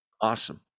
Awesome